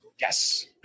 Yes